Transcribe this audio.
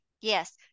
Yes